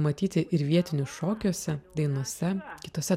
matyti ir vietinių šokiuose dainose kitose